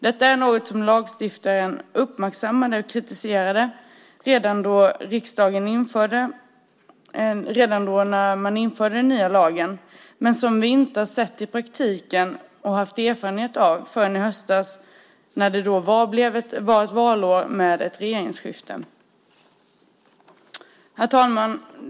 Detta var något som lagstiftaren uppmärksammade och kritiserade redan när riksdagen införde den nya lagen men som vi i praktiken inte fick erfarenhet av förrän i höstas, då det var ett valår med ett regeringsskifte. Herr talman!